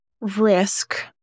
risk